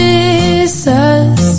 Jesus